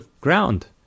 ground